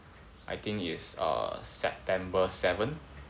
I think is err September seven